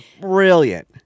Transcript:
brilliant